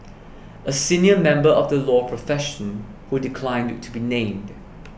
a senior member of the law profession who declined to be named